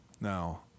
Now